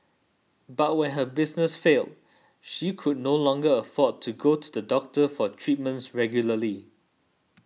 but when her business failed she could no longer afford to go to the doctor for treatments regularly